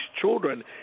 children